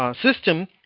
system